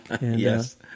Yes